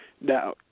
Now